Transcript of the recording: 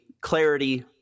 clarity